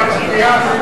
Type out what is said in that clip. השנייה.